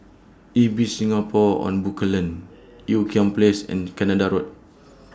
Ibis Singapore on Bencoolen Ean Kiam Place and Canada Road